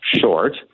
short